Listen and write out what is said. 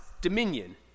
dominion